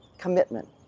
commitment.